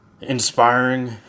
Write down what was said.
inspiring